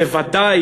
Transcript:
בוודאי,